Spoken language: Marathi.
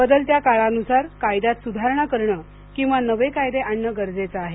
बदलत्या काळानुसार कायद्यात सुधारणा करणं किवा नवे कायदे आणणं गरजेचं आहे